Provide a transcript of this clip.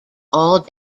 all